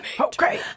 okay